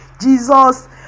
jesus